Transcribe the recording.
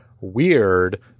weird